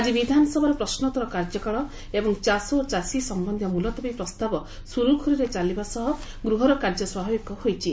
ଆଜି ବିଧାନସଭାର ପ୍ରଶ୍ନୋତର କାର୍ଯ୍ୟକାଳ ଏବଂ ଚାଷ ଓ ଚାଷୀ ସମ୍ୟନ୍ଧୀୟ ମୁଲତବୀ ପ୍ରସ୍ତାବ ସୁରୁଖୁରୁରେ ଚାଲିବା ସହ ଗୃହର କାର୍ଯ୍ୟ ସ୍ୱାଭାବିକ ହୋଇଛି